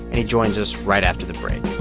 and he joins us right after the break